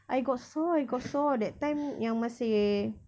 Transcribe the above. I got saw I got saw that time yang masih